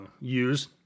use